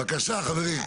בבקשה חברים?